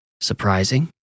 surprising